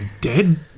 dead